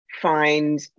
find